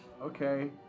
Okay